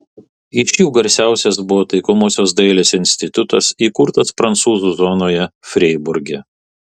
iš jų garsiausias buvo taikomosios dailės institutas įkurtas prancūzų zonoje freiburge